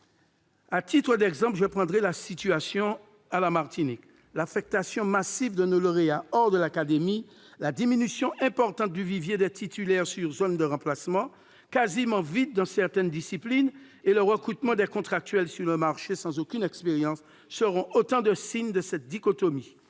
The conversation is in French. d'autre part. Je prendrai la situation de la Martinique comme exemple : l'affectation massive de nos lauréats hors de l'académie, la diminution importante du vivier des titulaires sur zone de remplacement, quasi vide dans certaines disciplines, et le recrutement de contractuels sur le marché sans aucune expérience sont autant de signes de cette dichotomie.